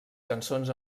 cançons